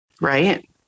Right